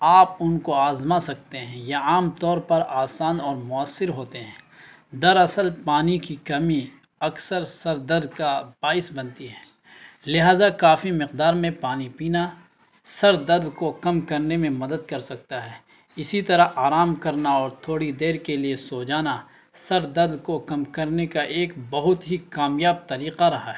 آپ ان کو آزما سکتے ہیں یا عام طور پر آسان اور مؤثر ہوتے ہیں دراصل پانی کی کمی اکثر سر درد کا باعث بنتی ہے لہذا کافی مقدار میں پانی پینا سر درد کو کم کرنے میں مدد کر سکتا ہے اسی طرح آرام کرنا اور تھوڑی دیر کے لیے سو جانا سر درد کو کم کرنے کا ایک بہت ہی کامیاب طریقہ رہا ہے